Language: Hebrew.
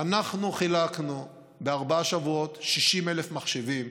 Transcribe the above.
אנחנו חילקנו בארבעה שבועות 60,000 מחשבים: